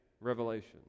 Revelation